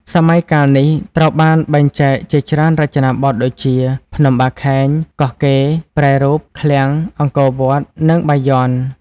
សម័យកាលនេះត្រូវបានបែងចែកជាច្រើនរចនាបថដូចជា ភ្នំបាខែង កោះកេរ្តិ៍ ប្រែរូប ឃ្លាំង អង្គរវត្ត និងបាយ័ន។